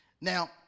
Now